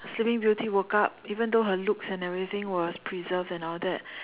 sleeping beauty woke up even though her looks and everything was preserved and all that